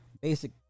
basic